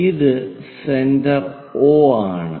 ഇത് centre O ആണ്